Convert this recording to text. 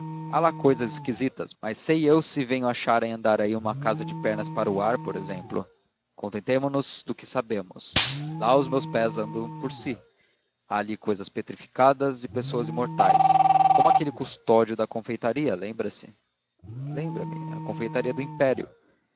lá cousas esquisitas mas sei eu se venho achar em andaraí uma casa de pernas para o ar por exemplo contentemo nos do que sabemos lá os meus pés andam por si há ali cousas petrificadas e pessoas imortais como aquele custódio da confeitaria lembra-se lembra-me a confeitaria do império